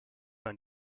man